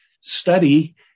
study